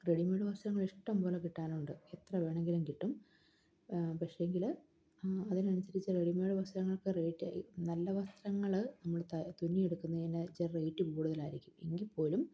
readymade വസ്ത്രങ്ങള് ഇഷ്ടംപോലെ കിട്ടാനുണ്ട് എത്ര വേണമെങ്കിലും കിട്ടും പക്ഷേങ്കില് അതിനനുസരിച്ച് റെഡിമെയ്ഡ് വസ്ത്രങ്ങൾക്ക് റേറ്റ് നല്ല വസ്ത്രങ്ങള് നമ്മള് തുന്നിയെടുക്കുകയാണെന്ന് വെച്ചാല് റേറ്റ് കൂടുതലായിരിക്കും എങ്കില്പ്പോലും